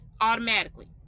automatically